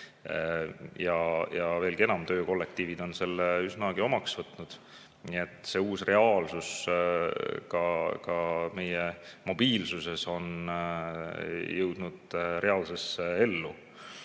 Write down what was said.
Veelgi enam, töökollektiivid on selle ka üsna omaks võtnud. Nii et see uus reaalsus meie mobiilsuses on jõudnud reaalsesse